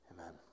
Amen